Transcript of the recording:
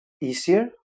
easier